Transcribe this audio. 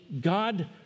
God